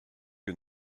que